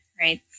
Right